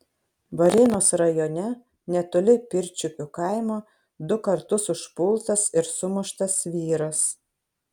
varėnos rajone netoli pirčiupių kaimo du kartus užpultas ir sumuštas vyras